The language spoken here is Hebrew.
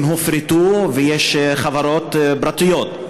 הם הופרטו ויש חברות פרטיות.